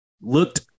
looked